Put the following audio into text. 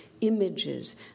images